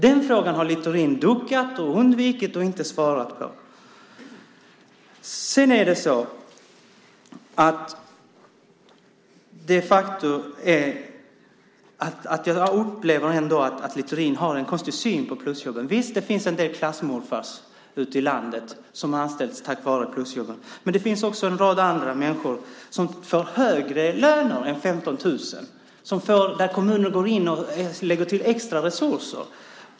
Den frågan har Littorin duckat för och undvikit att svara på. Jag upplever att Littorin har en konstig syn på plusjobben. Visst, det finns en del klassmorfäder ute i landet som anställts tack vare plusjobben, men det finns också en rad andra människor som får högre lön än 15 000 eftersom kommuner går in och ger extra resurser.